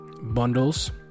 bundles